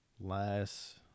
last